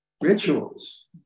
rituals